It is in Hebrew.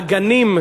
לעגנים,